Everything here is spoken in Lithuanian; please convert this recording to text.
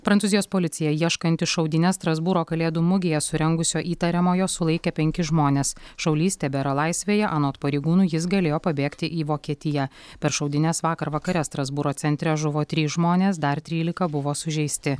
prancūzijos policija ieškanti šaudynes strasbūro kalėdų mugėje surengusio įtariamojo sulaikė penkis žmones šaulys tebėra laisvėje anot pareigūnų jis galėjo pabėgti į vokietiją per šaudynes vakar vakare strasbūro centre žuvo trys žmonės dar trylika buvo sužeisti